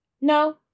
No